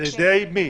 על ידי מי?